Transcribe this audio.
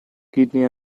kidney